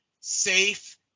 safe